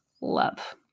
love